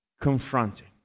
Confronting